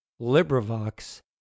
Librivox